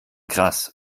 krass